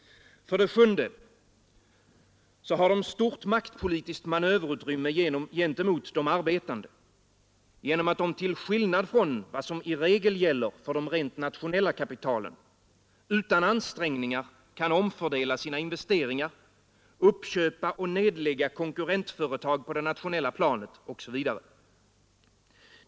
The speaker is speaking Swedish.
För det sjunde har de stort maktpolitiskt manöverutrymme gentemot de arbetande genom att de, till skillnad från vad som i regel gäller för de rent nationella kapitalen, utan ansträngningar kan omfördela sina investeringar, YppEgpa cg och nedlägga konkurrentföretag på det nationella planet osv.